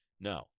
No